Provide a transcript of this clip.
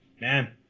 man